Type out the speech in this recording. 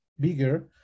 bigger